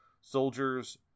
soldiers